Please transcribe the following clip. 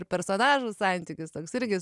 ir personažų santykis toks irgi